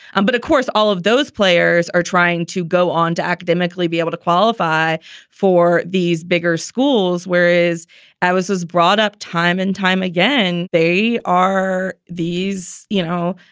and but of course, all of those players are trying to go on to academically be able to qualify for these bigger schools, whereas i was was brought up time and time again. they are these, you know,